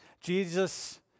Jesus